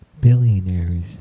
billionaires